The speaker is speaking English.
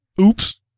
Oops